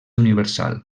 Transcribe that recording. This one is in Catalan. universal